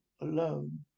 alone